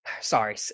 sorry